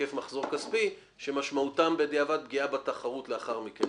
היקף מחזור כספי שמשמעותם בדיעבד פגיעה בתחרות לאחר מכן,